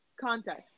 context